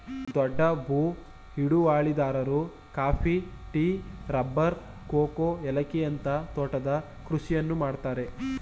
ದೊಡ್ಡ ಭೂ ಹಿಡುವಳಿದಾರರು ಕಾಫಿ, ಟೀ, ರಬ್ಬರ್, ಕೋಕೋ, ಏಲಕ್ಕಿಯಂತ ತೋಟದ ಕೃಷಿಯನ್ನು ಮಾಡ್ತರೆ